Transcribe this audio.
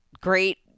Great